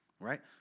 right